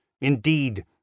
indeed